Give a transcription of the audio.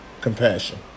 compassion